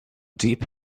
deep